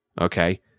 okay